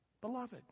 beloved